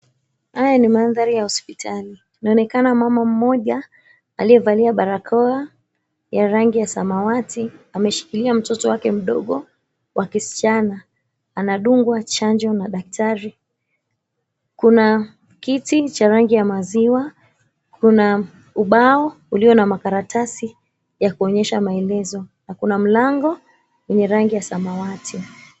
Haya ni mandhari ya hospitali. Inaonekana mama mmoja aliyevalia barakoa ya rangi ya samawati, ameshikilia mtoto wake mdogo wa kisichana anadungwa chanjo na daktari. Kuna kiti cha rangi ya maziwa, kuna ubao ulio na makaratasi ya kuonyesha maelezo na kuna mlango wenye rangi ya samawati.